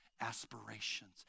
aspirations